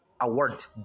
award